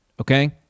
Okay